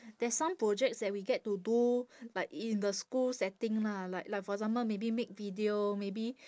there's some projects that we get to do like in the school setting lah like like for example maybe make video maybe